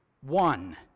One